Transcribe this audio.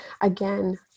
Again